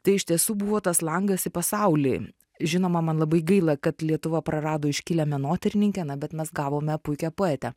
tai iš tiesų buvo tas langas į pasaulį žinoma man labai gaila kad lietuva prarado iškilią menotyrininkę na bet mes gavome puikią poetę